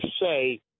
say